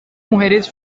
mujeres